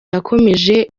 yakomeje